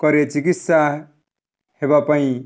ଙ୍କରେ ଚିକିତ୍ସା ହେବା ପାଇଁ